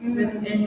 mm